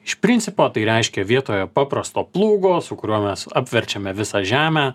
iš principo tai reiškia vietoje paprasto plūgo su kuriuo mes apverčiame visą žemę